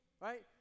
right